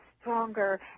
stronger